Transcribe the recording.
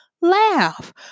laugh